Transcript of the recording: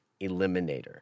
Eliminator